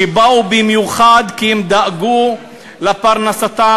שבאו במיוחד כי הם דאגו לפרנסתם.